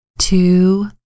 two